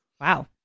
Wow